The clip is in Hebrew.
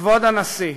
כבוד הנשיא,